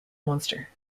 munster